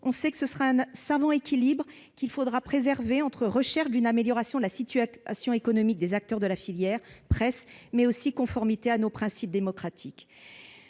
démocratique. Un savant équilibre est donc à préserver entre recherche d'une amélioration de la situation économique des acteurs de la filière presse et conformité à nos principes démocratiques.